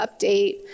update